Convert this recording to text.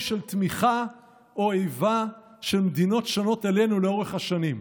של תמיכה או איבה של מדינות שונות אלינו לאורך השנים.